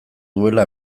duela